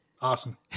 awesome